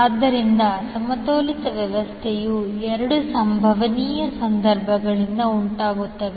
ಆದ್ದರಿಂದ ಅಸಮತೋಲಿತ ವ್ಯವಸ್ಥೆಯು ಎರಡು ಸಂಭವನೀಯ ಸಂದರ್ಭಗಳಿಂದ ಉಂಟಾಗುತ್ತದೆ